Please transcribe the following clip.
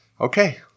Okay